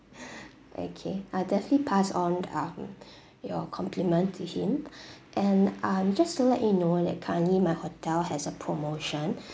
okay I'll definitely pass on uh your compliment to him and um just to let you know that currently my hotel has a promotion